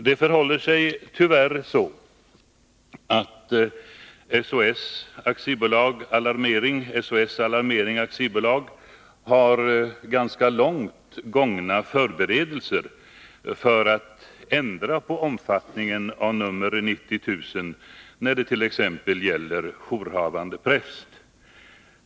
Det förhåller sig emellertid tyvärr så att SOS Alarmering AB har ganska långt gångna förberedelser för att ändra på omfattningen av SOS-tjänsten på nr 90 000 när dett.ex. gäller jourhavande präst.